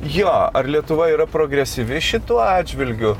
jo ar lietuva yra progresyvi šituo atžvilgiu